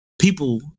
people